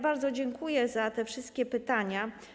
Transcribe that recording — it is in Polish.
Bardzo dziękuję za wszystkie pytania.